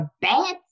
bad